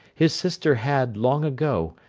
his sister had, long ago,